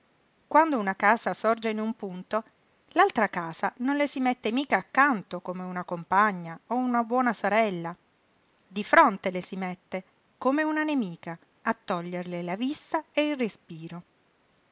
quando una casa sorge in un punto l'altra casa non le si mette mica accanto come una compagna o una buona sorella di fronte le si mette come una nemica a toglierle la vista e il respiro